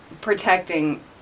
protecting